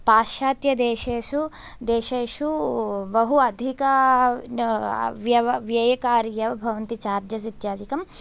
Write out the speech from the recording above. पाश्चात्यदेशेषु देशेषु देशेषु बहु अधिक व्य व्ययकार्य भवन्ति चार्जेस् इत्यादिकं